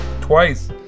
twice